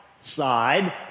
Side